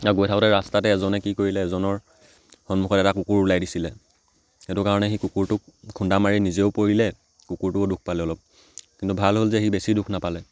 আৰু গৈ থাকোঁতে ৰাস্তাতে এজনে কি কৰিলে এজনৰ সন্মুখত এটা কুকুৰ ওলাই দিছিলে সেইটো কাৰণে সি কুকুৰটোক খুন্দা মাৰি নিজেও পৰিলে কুকুৰটোকো দুখ পালে অলপ কিন্তু ভাল হ'ল যে সি বেছি দুখ নাপালে